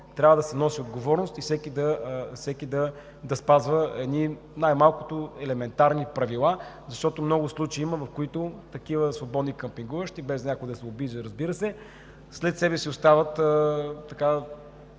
Трябва да се носи отговорност и всеки да спазва едни най-малкото елементарни правила. Има много случаи, в които такива свободни къмпингуващи – без някой да се обижда, разбира се, след себе си оставят,